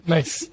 Nice